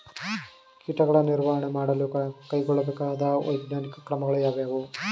ಕೀಟಗಳ ನಿರ್ವಹಣೆ ಮಾಡಲು ಕೈಗೊಳ್ಳಬೇಕಾದ ವೈಜ್ಞಾನಿಕ ಕ್ರಮಗಳು ಯಾವುವು?